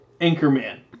Anchorman